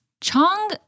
chong